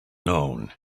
known